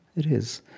it is.